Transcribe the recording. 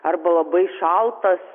arba labai šaltas